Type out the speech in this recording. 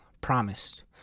promised